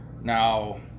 Now